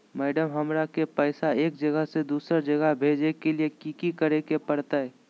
Madam, हमरा के पैसा एक जगह से दुसर जगह भेजे के लिए की की करे परते?